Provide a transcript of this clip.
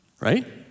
right